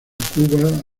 cuba